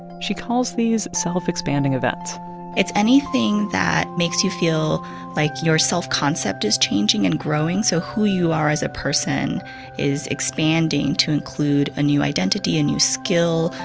she calls these self-expanding events it's anything that makes you feel like your self-concept is changing and growing. so who you are as a person is expanding to include a new identity, a new skill,